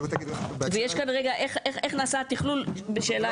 ויש כאן, איך נעשה התכלול בשאלה עקרונית.